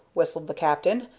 whistled the captain.